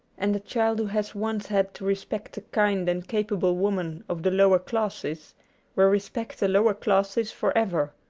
and a child who has once had to respect a kind and capable woman of the lower classes will respect the lower classes for ever.